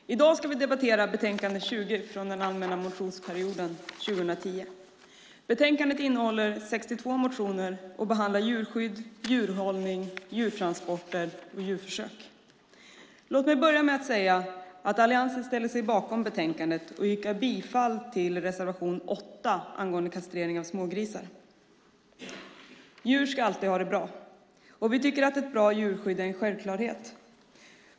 Herr talman! I dag ska vi debattera betänkande 20 från den allmänna motionsperioden 2010. Betänkandet innehåller 62 motioner och behandlar djurskydd, djurhållning, djurtransporter och djurförsök. Låt mig börja med att säga att Alliansen ställer sig bakom betänkandet. Jag yrkar bifall till reservation 8 angående kastrering av smågrisar. Djur ska alltid ha det bra, och vi tycker att ett bra djurskydd är en självklarhet.